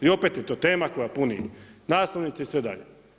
I opet je to tema koja puni naslovnice i sve dalje.